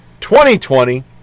2020